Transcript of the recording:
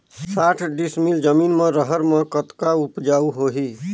साठ डिसमिल जमीन म रहर म कतका उपजाऊ होही?